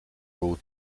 rule